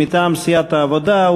מטעם סיעת העבודה,